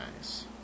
nice